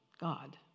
God